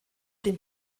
den